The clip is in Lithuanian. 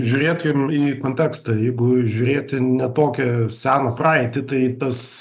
žiūrėkim į kontekstą jeigu žiūrėti ne tokią seną praeitį tai tas